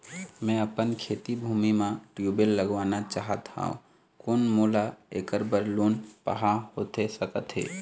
मैं अपन खेती भूमि म ट्यूबवेल लगवाना चाहत हाव, कोन मोला ऐकर बर लोन पाहां होथे सकत हे?